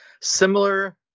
similar